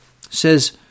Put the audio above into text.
says